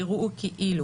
יראו כאילו